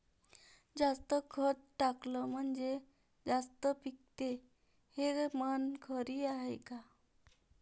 जास्त खत टाकलं म्हनजे जास्त पिकते हे म्हन खरी हाये का?